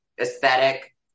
aesthetic